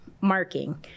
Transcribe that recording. marking